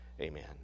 Amen